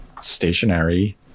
stationary